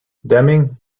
deming